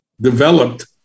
developed